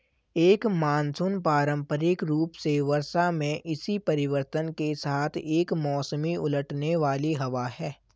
एक मानसून पारंपरिक रूप से वर्षा में इसी परिवर्तन के साथ एक मौसमी उलटने वाली हवा है